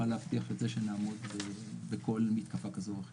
להבטיח את זה שנעמוד בכל מתקפה כזו או אחרת.